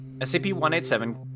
SCP-187